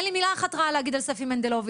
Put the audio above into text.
אין לי מילה אחת רעה להגיד על ספי מנדלוביץ.